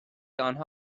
آنها